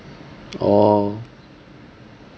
orh